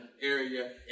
area